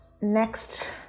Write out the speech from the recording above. Next